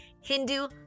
Hindu